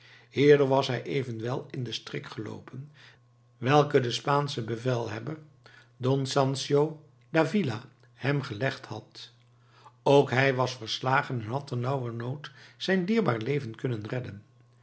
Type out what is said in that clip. hierdoor was hij evenwel in den strik geloopen welken de spaansche bevelhebber don sanchio d'avila hem gelegd had ook hij was verslagen en had te nauwernood zijn dierbaar leven kunnen redden